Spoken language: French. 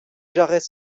jarrets